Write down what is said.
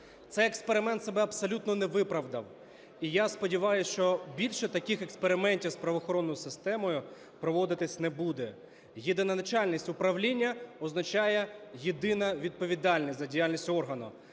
Цей експеримент себе абсолютно не виправдав. І я сподіваюсь, що більше таких експериментів з правоохоронною системою проводитись не буде. Єдиноначальність управління означає єдина відповідальність за діяльність органів.